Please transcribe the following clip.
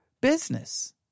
business